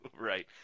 Right